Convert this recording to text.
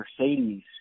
Mercedes